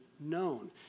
known